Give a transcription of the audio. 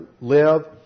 live